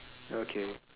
okay